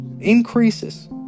increases